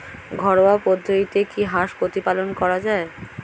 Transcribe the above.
ঘরোয়া পদ্ধতিতে কি হাঁস প্রতিপালন করা যায়?